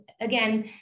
again